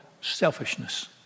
selfishness